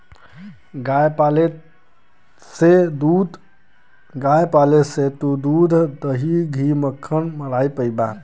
गाय पाले से तू दूध, दही, घी, मक्खन, मलाई पइबा